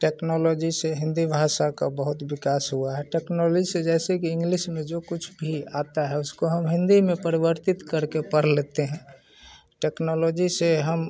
technology से हिंदी भाषा का बहुत विकास हुआ है टेक्नोलॉजी से जैसे कि इंग्लिश में जो कुछ भी आता है उसको हम हिंदी में परिवर्तित कर के पढ़ लेते हैं टेक्नोलॉजी से हम